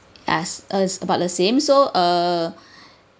as us about the same so err